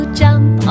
jump